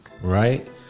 right